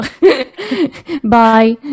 bye